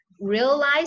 realize